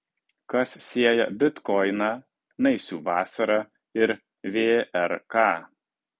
kas sieja bitkoiną naisių vasarą ir vrk